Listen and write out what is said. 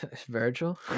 Virgil